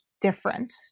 different